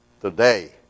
today